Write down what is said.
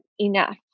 enough